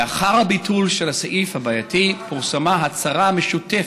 לאחר הביטול של הסעיף הבעייתי פורסמה הצהרה משותפת,